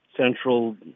central